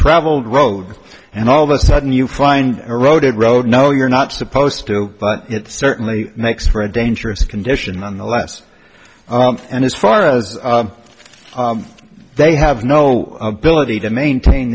traveled road and all of a sudden you find eroded road no you're not supposed to but it certainly makes for a dangerous condition on the last and as far as they have no ability to maintain